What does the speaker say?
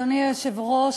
אדוני היושב-ראש,